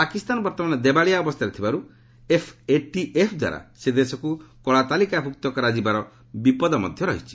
ପାକିସ୍ତାନ ବର୍ଭମାନ ଦେବାଳିଆ ଅବସ୍ଥାରେ ଥିବାରୁ ଏଫ୍ଏଟିଏଫ୍ ଦ୍ୱାରା ସେ ଦେଶକ୍ତ କଳାତାଲିକାଭ୍ରକ୍ତ କରାଯିବାର ବିପଦ ମଧ୍ୟ ରହିଛି